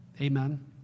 Amen